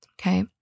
okay